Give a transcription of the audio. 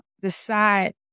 decide